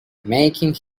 making